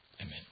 Amen